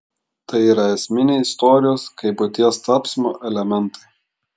tai yra esminiai istorijos kaip buities tapsmo elementai